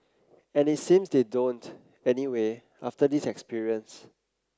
and it seems they don't anyway after this experience